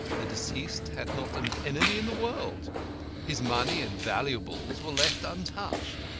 the deceased had not an enemy in the world his money and valuables were left untouched.